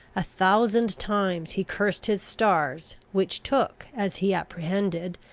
a thousand times he cursed his stars, which took, as he apprehended,